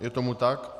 Je tomu tak?